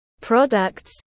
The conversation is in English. products